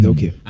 Okay